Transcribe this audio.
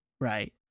right